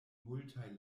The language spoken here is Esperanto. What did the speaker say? multaj